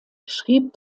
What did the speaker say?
schrieb